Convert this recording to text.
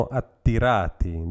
attirati